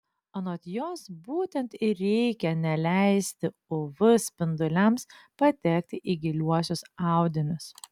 anot jos būtent ir reikia neleisti uv spinduliams patekti į giliuosius audinius